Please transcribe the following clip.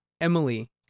Emily